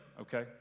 okay